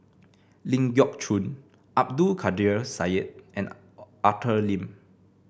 Ling Geok Choon Abdul Kadir Syed and Arthur Lim